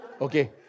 Okay